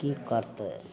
की करतय